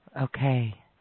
Okay